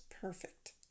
perfect